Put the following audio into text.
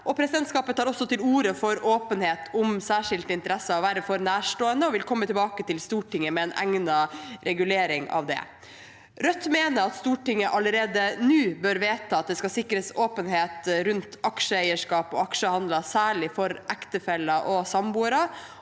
Presidentskapet tar også til orde for åpenhet om særskilte interesser og verv hos nærstående og vil komme tilbake til Stortinget med en egnet regulering av det. Rødt mener Stortinget allerede nå bør vedta at det skal sikres åpenhet rundt aksjeeierskap og aksjehandel, særlig for ektefeller og samboere,